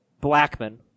Blackman